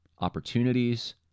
opportunities